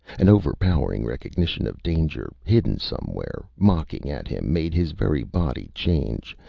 an overpowering recognition of danger, hidden somewhere, mocking at him, made his very body change,